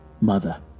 Mother